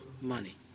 money